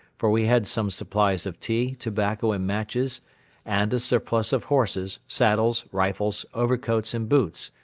for we had some supplies of tea, tobacco and matches and a surplus of horses, saddles, rifles, overcoats and boots,